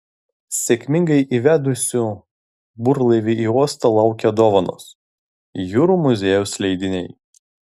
sėkmingai įvedusių burlaivį į uostą laukia dovanos jūrų muziejaus leidiniai